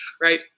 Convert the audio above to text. right